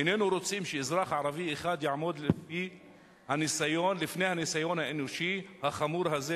איננו רוצים שאזרח ערבי אחד יעמוד לפני הניסיון האנושי החמור הזה,